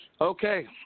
Okay